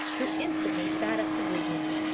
who instantly sat up to greet him.